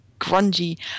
grungy